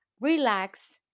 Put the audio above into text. relax